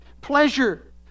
pleasure